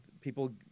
People